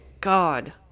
god